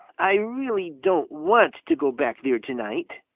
i really don't want to go back there tonight,